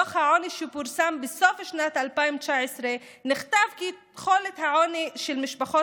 בדוח העוני שפורסם בסוף שנת 2019 נכתב כי תחולת העוני של משפחות